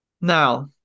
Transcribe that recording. Now